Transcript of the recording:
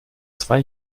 zwei